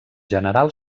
general